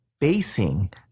basing